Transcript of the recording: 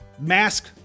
mask